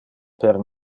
per